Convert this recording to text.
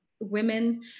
women